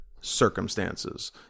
circumstances